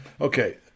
Okay